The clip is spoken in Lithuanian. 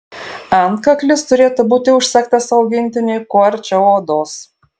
antkaklis turėtų būti užsegtas augintiniui kuo arčiau odos